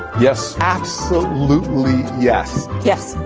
yes absolutely yes yes.